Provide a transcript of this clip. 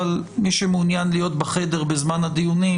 אבל מי שמעוניין להיות בחדר בזמן הדיונים,